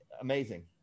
amazing